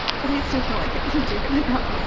but i still feel like i didn't do good enough.